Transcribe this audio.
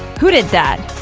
who did that?